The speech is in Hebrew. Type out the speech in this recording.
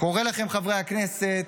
קורא לכם, חברי הכנסת,